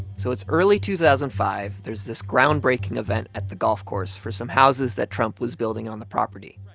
so it's early two thousand and five. there's this groundbreaking event at the golf course for some houses that trump was building on the property.